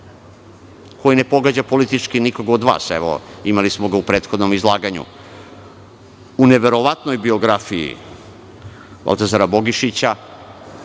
koji ne pogađa politički nikog od vas, imali smo ga u prethodnom izlaganju. U neverovatnoj biografiji Baltazara Bogišića